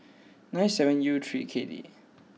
nine seven U three K D